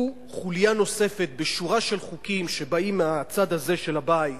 הוא חוליה נוספת בשורת חוקים שבאים מהצד הזה של הבית,